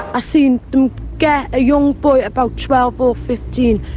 i've seen them get a young boy about twelve or fifteen,